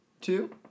two